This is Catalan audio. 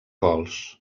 gols